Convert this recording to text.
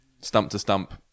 stump-to-stump